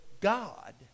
God